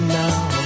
now